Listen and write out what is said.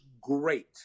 great